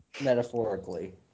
Metaphorically